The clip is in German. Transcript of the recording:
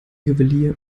juwelier